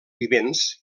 vivents